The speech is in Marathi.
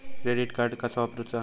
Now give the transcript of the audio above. क्रेडिट कार्ड कसा वापरूचा?